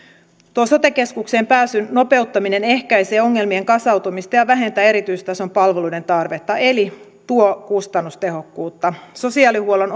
tuo sote keskukseen pääsyn nopeuttaminen ehkäisee ongelmien kasautumista ja vähentää erityistason palveluiden tarvetta eli tuo kustannustehokkuutta sosiaalihuollon